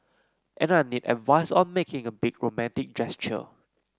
and I need advice on making a big romantic gesture